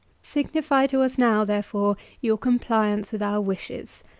signify to us, now, therefore, your compliance with our wishes.